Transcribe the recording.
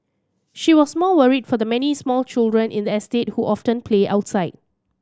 she was more worried for the many small children in the estate who often play outside